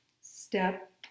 step